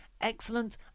Excellent